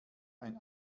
ein